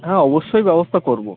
হ্যাঁ অবশ্যই ব্যবস্থা করব